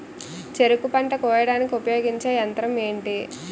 చెరుకు పంట కోయడానికి ఉపయోగించే యంత్రం ఎంటి?